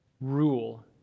rule